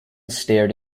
stared